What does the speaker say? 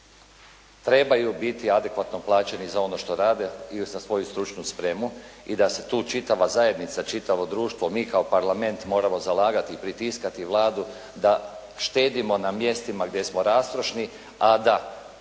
trebaju biti adekvatno plaćeni za ono što rade i za svoju stručnu spremu i da se tu čitava zajednica, čitavo društvo, mi kao parlament moramo zalagati i pritiskati Vladu da štedimo na mjestima gdje smo rastrošni a da